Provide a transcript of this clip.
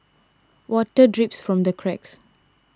water drips from the cracks